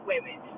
women